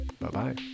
Bye-bye